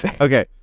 okay